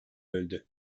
öldü